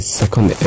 second